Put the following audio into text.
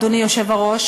אדוני היושב-ראש,